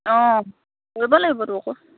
অঁ কৰিব লাগিবতো আকৌ